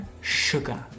Sugar